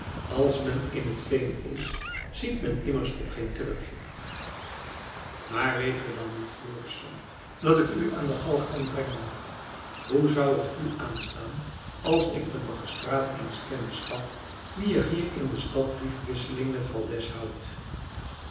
als men in het veen is ziet men immers op geen turfje maar weet ge dan niet florisz dat ik u aan de galg kan brengen hoe zou het u aanstaan als ik den magistraat eens kennis gaf wie er hier in de stad briefwisseling met valdez houdt